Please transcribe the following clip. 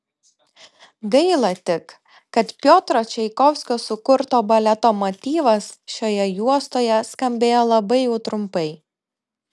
gaila tik kad piotro čaikovskio sukurto baleto motyvas šioje juostoje skambėjo labai jau trumpai